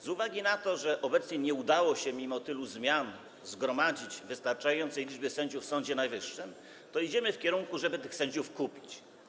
Z uwagi na to, że obecnie nie udało się mimo tylu zmian zgromadzić wystarczającej liczby sędziów w Sądzie Najwyższym, idziemy w takim kierunku, żeby tych sędziów kupić.